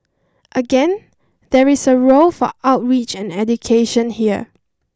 again there is a role for outreach and education here